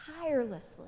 tirelessly